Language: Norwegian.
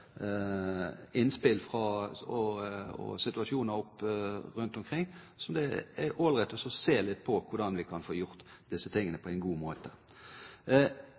innspill og situasjoner opp rundt omkring som det er all right å se litt på, når det gjelder hvordan vi kan få gjort disse tingene på en god måte.